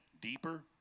deeper